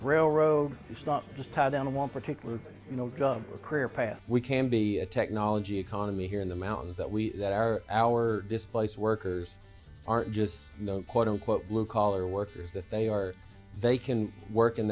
railroad it's not just tied down to one particular drug or career path we can be a technology economy here in the mountains that we that are our displaced workers are just no quote unquote blue collar workers that they are they can work in